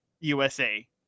USA